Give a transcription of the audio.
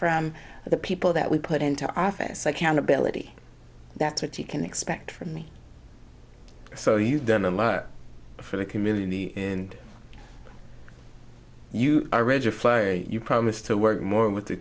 from the people that we put into office accountability that's what you can expect from me so you've done a lot for the community and you are rigid flyer you promise to work more with the